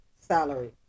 salary